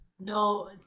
No